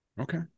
Okay